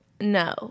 no